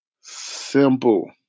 simple